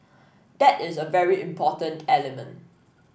that is a very important element